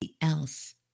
else